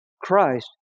Christ